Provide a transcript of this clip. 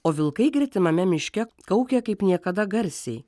o vilkai gretimame miške kaukė kaip niekada garsiai